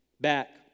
Back